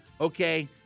okay